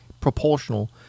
proportional